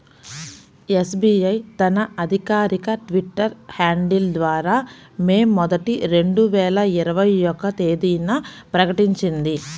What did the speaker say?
SBI తన అధికారిక Twitter handle ద్వారా మే మొదటి, రెండు వేల ఇరవై ఒక్క తేదీన ప్రకటించింది